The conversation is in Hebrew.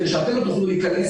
כדי שאתם לא תוכלו להיכנס.